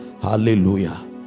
Hallelujah